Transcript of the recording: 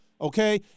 Okay